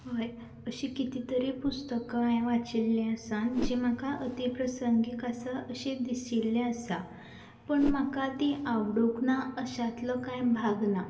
हय अशीं किती तरी पुस्तकां हांवें वाचिल्ली आसा आनी जी म्हाका अती प्रसंगीक आसा अशी दिशिल्ली आसा पूण म्हाका ती आवडूंक ना अश्यांतलो काय भाग ना